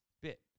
bit